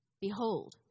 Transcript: behold